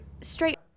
straight